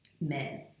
men